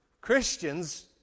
Christians